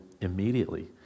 immediately